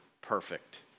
perfect